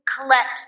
collect